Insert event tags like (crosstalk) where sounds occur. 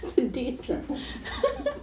(laughs)